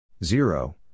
zero